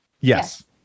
Yes